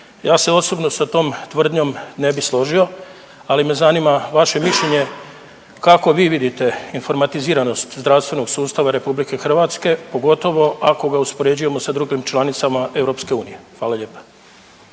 Ja se osobno sa tom tvrdnjom ne bi složio, ali me zanima vaše mišljenje kako vi vidite informatiziranost zdravstvenog sustava RH, pogotovo ako ga uspoređujemo sa drugim članicama EU? Hvala lijepo.